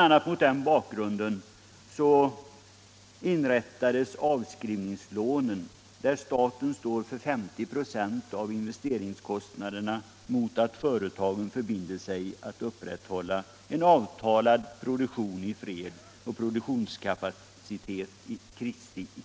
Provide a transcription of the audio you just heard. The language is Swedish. a. mot den bakgrunden inrättades avskrivningslånen, där staten står för 50 96 av investeringskostnaden mot att företagen förbinder sig att upprätthålla en avtalad produktion i fred och produktionskapacitet i